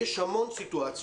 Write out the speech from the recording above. יש המון סיטואציות,